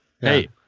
Hey